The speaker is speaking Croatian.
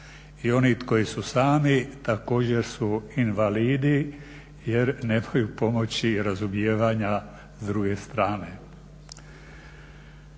I oni koji su sami također su invalidi jer nemaju pomoći i razumijevanja s druge strane.